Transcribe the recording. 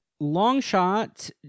Longshot